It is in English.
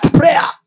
prayer